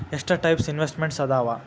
ಎಷ್ಟ types investments ಅದಾವ